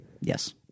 Yes